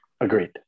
Agreed